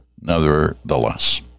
nevertheless